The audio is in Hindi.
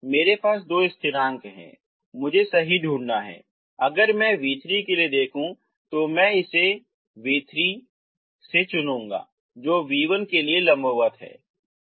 देखो मेरे पास दो स्थिरांक हैं मुझे सही ढूँढना होगा अगर मैं v3 के लिए देखूँ मैं v3 इस तरह से चुनूँगा जो v1 के लिए लंबवत है